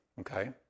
Okay